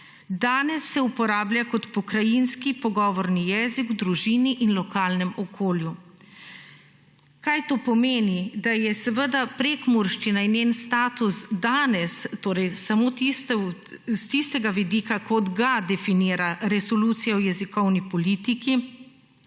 Danes se uporablja kot pokrajinski pogovorni jezik v družini in lokalnem okolju. Kaj to pomeni, da je seveda prekmurščina in njen status danes, torej samo tiste, s tistega vidika, kot ga definira resolucija o jezikovni politiki,